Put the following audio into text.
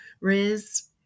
riz